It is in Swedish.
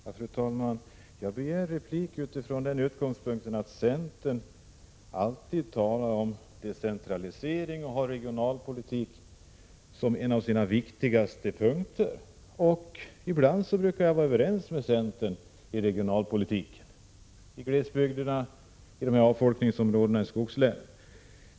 Fru talman! Jag begärde ordet för replik från den utgångspunkten att centern alltid talar om decentralisering och har regionalpolitiken som en av de viktigaste punkterna på sitt program. Ibland brukar jag vara överens med centern när det gäller regionalpolitiken för glesbygderna och avfolkningsområdena i skogslän.